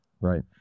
Right